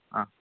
ಹಾಂ